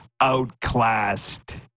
outclassed